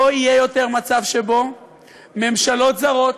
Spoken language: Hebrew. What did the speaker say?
לא יהיה יותר מצב שממשלות זרות